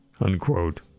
Unquote